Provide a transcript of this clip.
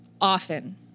often